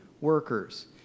workers